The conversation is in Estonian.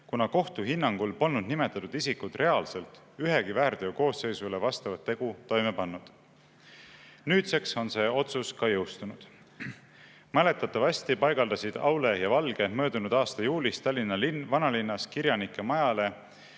kuna kohtu hinnangul polnud nimetatud isikud reaalselt ühegi väärteo koosseisule vastavat tegu toime pannud. Nüüdseks on see otsus ka jõustunud. Mäletatavasti paigaldasid Aule ja Valge möödunud aasta juulis Tallinna vanalinnas kirjanike majale